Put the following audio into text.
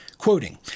Quoting